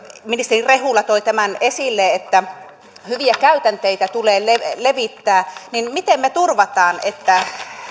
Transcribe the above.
ministeri rehula toi tämän esille että hyviä käytänteitä tulee levittää niin niin miten me turvaamme sen että